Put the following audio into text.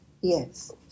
Yes